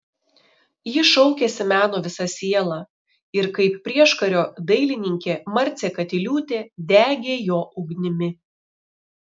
ji šaukėsi meno visa siela ir kaip prieškario dailininkė marcė katiliūtė degė jo ugnimi